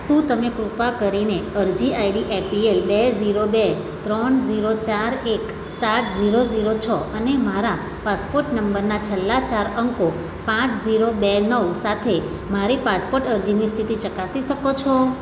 શું તમે કૃપા કરીને અરજી આઈડી એપીએલ બે ઝીરો બે ત્રણ ઝીરો ચાર એક સાત ઝીરો ઝીરો છ અને મારા પાસપોર્ટ નંબરના છેલ્લા ચાર અંકો પાંચ ઝીરો બે નવ સાથે મારી પાસપોર્ટ અરજીની સ્થિતિ ચકાસી શકો છો